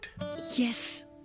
Yes